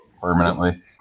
permanently